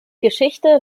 geschichte